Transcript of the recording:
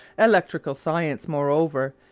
electrical science, moreover,